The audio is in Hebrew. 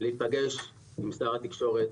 להיפגש עם שר התקשורת.